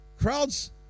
Crowds